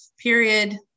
period